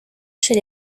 chez